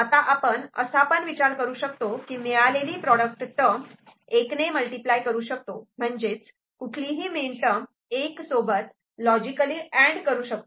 आता आपण असा पण विचार करू शकतो की मिळालेली प्रॉडक्ट टर्म 1 ने मल्टिप्लाय करू शकतो म्हणजे कुठलीही मिनटर्म '1' सोबत लॉजिकली अँड करू शकतो